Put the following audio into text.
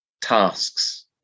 tasks